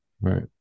right